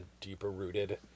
deeper-rooted